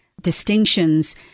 distinctions